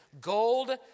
gold